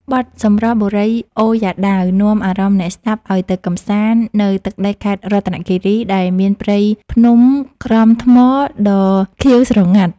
បទ «សម្រស់បុរីអូយ៉ាដាវ» នាំអារម្មណ៍អ្នកស្ដាប់ឱ្យទៅកម្សាន្តនៅទឹកដីខេត្តរតនគិរី ដែលមានព្រៃភ្នំក្រំថ្មដ៏ខៀវស្រងាត់។